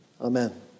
Amen